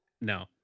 No